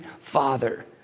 Father